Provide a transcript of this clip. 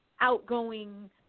Outgoing